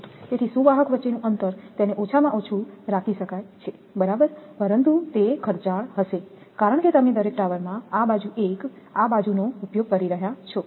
તેથી સુવાહક વચ્ચેનું અંતર તેને ઓછામાં ઓછું રાખી શકાય છે બરાબર પરંતુ તે ખર્ચાળ હશે કારણ કે તમે દરેક ટાવરમાં આ બાજુ એક આ બાજુનો ઉપયોગ કરી રહ્યાં છો